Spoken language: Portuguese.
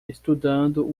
estudando